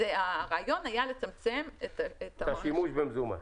הרעיון היה לצמצם את --- את השימוש במזומן.